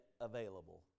available